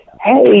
hey